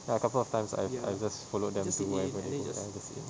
ya a couple of times I've I just followed them to where ever they go then I just sit in